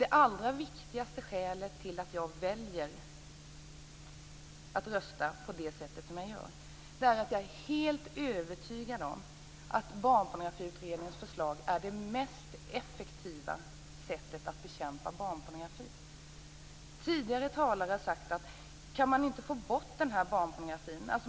Det allra viktigaste skälet till att jag väljer att rösta så som jag kommer att göra är att jag är helt övertygad om att Barnpornografiutredningens förslag är det mest effektiva sättet att bekämpa barnpornografi. Tidigare talare har sagt att man måste förbjuda och få bort barnpornografin.